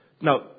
Now